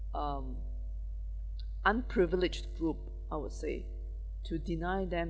um unprivileged group I would say to deny them